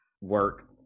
work